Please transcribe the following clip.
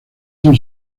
son